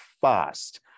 fast